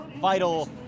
vital